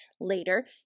Later